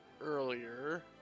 earlier